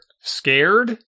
scared